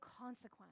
consequence